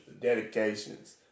dedications